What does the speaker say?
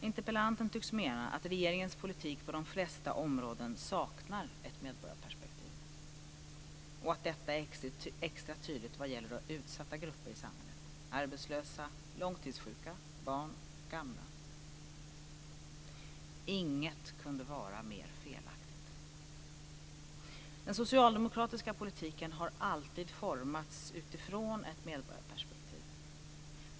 Interpellanten tycks mena att regeringens politik på de flesta områden saknar ett medborgarperspektiv och att detta är extra tydligt vad gäller utsatta grupper i samhället: arbetslösa, långtidssjuka, barn och gamla. Inget kunde vara mera felaktigt. Den socialdemokratiska politiken har alltid formats utifrån ett medborgarperspektiv.